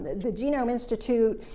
the genome institute,